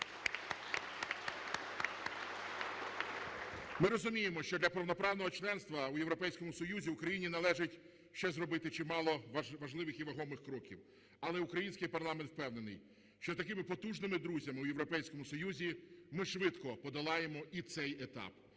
Ми розуміємо, що для повноправного членства у Європейському Союзі Україні належить ще зробити чимало важливих і вагомих кроків, але український парламент впевнений, що з такими потужними друзями у Європейському Союзі ми швидко подолаємо і цей етап.